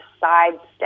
sidestep